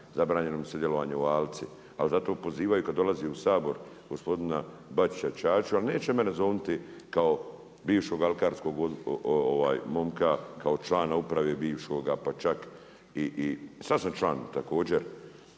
Zabranjeno sudjelovanje u Alci, ali zato pozivaju kad dolazi u Sabor, gospodina Bačića, ćaću, ali neće mene zovnuti kao bivšeg alkarskog momka, kao člana uprave bivšega, pa čak, sad sam član također